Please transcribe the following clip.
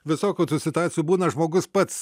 visokių tų situacijų būna žmogus pats